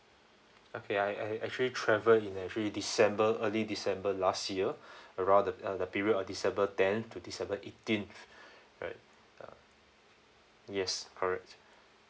okay I I actually travel in actually december early december last year around the uh the period of december tenth to december eighteen right uh yes correct